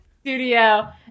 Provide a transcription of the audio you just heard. studio